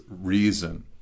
reason